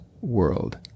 world